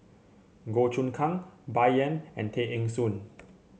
Goh Choon Kang Bai Yan and Tay Eng Soon